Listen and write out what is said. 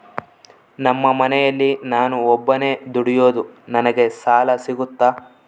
ನಮ್ಮ ಮನೆಯಲ್ಲಿ ನಾನು ಒಬ್ಬನೇ ದುಡಿಯೋದು ನನಗೆ ಸಾಲ ಸಿಗುತ್ತಾ?